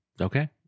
okay